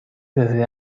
desde